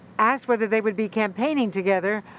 asked whether they would be campaigning together,